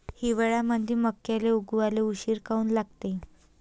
हिवाळ्यामंदी मक्याले उगवाले उशीर काऊन लागते?